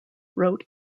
wrote